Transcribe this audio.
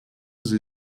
sie